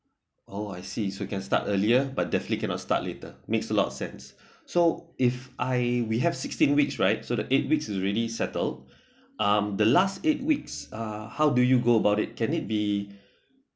oh I see so can start earlier but that leave cannot start later makes a lot sense so if I we have sixteen weeks right so the eight weeks already settled um the last eight weeks uh how do you go about it can it be